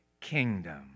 kingdom